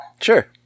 Sure